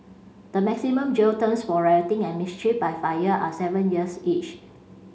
the maximum jail terms for rioting and mischief by fire are seven years each